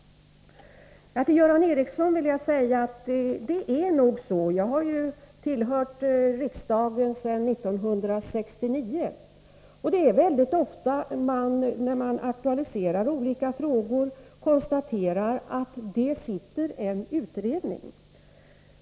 Till Göran Ericsson vill jag säga: Jag har själv tillhört riksdagen sedan 1969 och upplevt att mycket ofta när man aktualiserar olika frågor får man konstatera att det finns en utredning.